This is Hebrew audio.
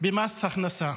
במס הכנסה,